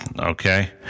okay